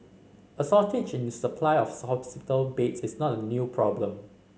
a shortage in supply of hospital beds is not a new problem